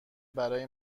برای